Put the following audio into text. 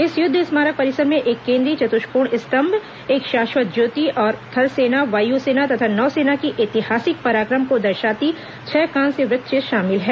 इस युद्ध स्मारक परिसर में एक केन्द्रीय चतुष्कोण स्तंभ एक शाश्वत ज्योति और थल सेना वायु सेना तथा नौसेना की ऐतिहासिक पराक्रम को दर्शाती छह कांस्य वृतचित्र शामिल है